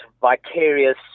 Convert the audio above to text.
vicarious